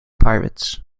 pirates